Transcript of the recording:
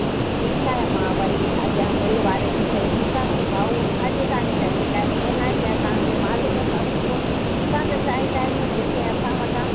हं ठीकु आहे मां वरी अॻियां मिल वारे खे चवंदीसांसि भाऊ अॼु ताणी त शिकायत कोन आई आहे तव्हांखे मालु बि असां सुठो असां बि चाहींदा आहियूं जेके असां वटां